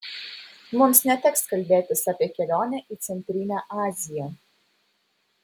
mums neteks kalbėtis apie kelionę į centrinę aziją